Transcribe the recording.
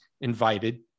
invited